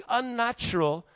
unnatural